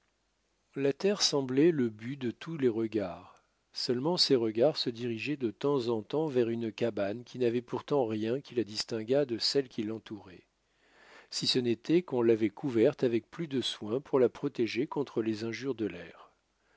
la terre semblait le but de tous les regards seulement ces regards se dirigeaient de temps en temps vers une cabane qui n'avait pourtant rien qui la distinguât de celles qui l'entouraient si ce n'était qu'on l'avait couverte avec plus de soin pour la protéger contre les injures de l'air